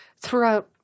throughout